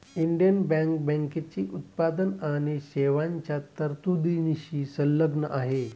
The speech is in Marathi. इंडियन बँक बँकेची उत्पादन आणि सेवांच्या तरतुदींशी संलग्न आहे